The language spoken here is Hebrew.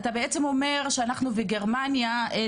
אתה בעצם אומר שדווח שאנחנו וגרמניה הן